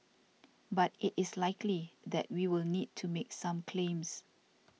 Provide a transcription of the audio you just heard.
but it is likely that we will need to make some claims